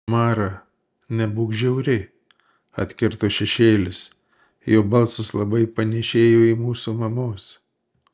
mara nebūk žiauri atkirto šešėlis jo balsas labai panėšėjo į mūsų mamos